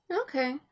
Okay